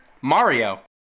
mario